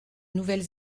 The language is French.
nouvelle